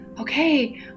okay